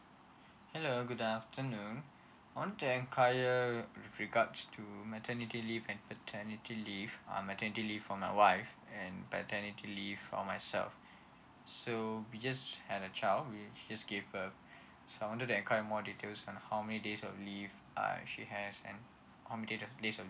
hello good afternoon I want to enquire with regards to maternity leave and paternity leave um maternity leave for my wife and paternity leave for myself so we just had a child she just gave birth so I wanted to enquire more details on how many days of leave uh she has and how many days